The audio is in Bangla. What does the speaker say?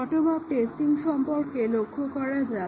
বটম আপ টেস্টিং সম্পর্কে লক্ষ্য করা যাক